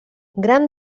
gran